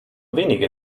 wenige